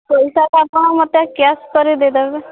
ପଇସାଟା ଆପଣ ମୋତେ କ୍ୟାସ୍ କରି ଦେଇଦେବେ